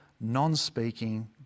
non-speaking